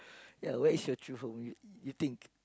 ya where is your true home you you think